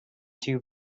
too